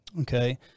okay